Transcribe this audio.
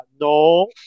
No